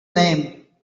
name